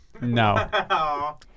No